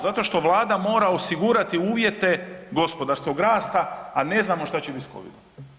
Zato što Vlada mora osigurati uvjete gospodarskog rasta, a ne znamo šta će biti s Covidom.